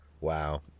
wow